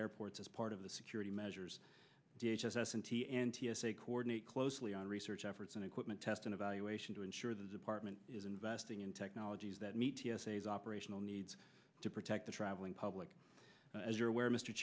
airports as part of the security measures d h s s and t and t s a coordinate closely on research efforts and equipment testing evaluation to ensure the department is investing in technologies that meet t s a is operational needs to protect the traveling public as you're aware mr